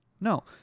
No